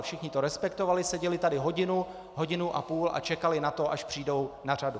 Všichni to respektovali, seděli tady hodinu, hodinu a půl a čekali na to, až přijdou na řadu.